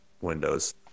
windows